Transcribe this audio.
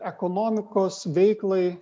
ekonomikos veiklai